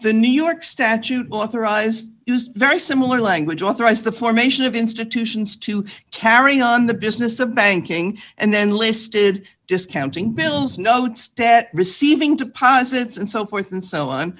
the new york statute authorized use very similar language authorize the formation of institutions to carry on the business of banking and then listed discounting bills notes stet receiving to posit and so forth and so on